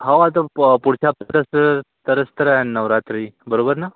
हाव आता पुढच्या हप्त्यातच तरच तरय नवरात्री बरोबर ना